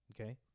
Okay